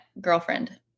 girlfriend